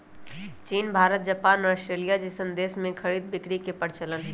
चीन Bharat Japan Australia जइसन देश में खरीद बिक्री के परचलन हई